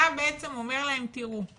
אתה בעצם אומר להם 'אני